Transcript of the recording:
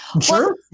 Sure